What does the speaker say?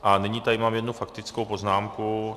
A nyní tady mám jednu faktickou poznámku.